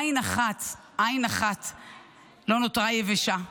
עין אחת לא נותרה יבשה.